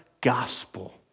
gospel